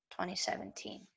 2017